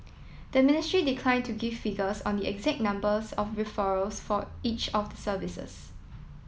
the ministry declined to give figures on the exact numbers of referrals for each of the services